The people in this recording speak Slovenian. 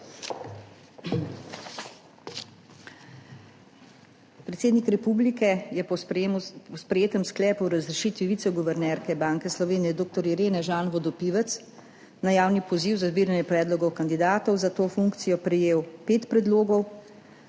Predsednik republike je po sprejetem sklepu o razrešitvi viceguvernerke Banke Slovenije dr. Irene Vodopivec Jean na javni poziv za zbiranje predlogov kandidatov za to funkcijo prejel pet predlogov,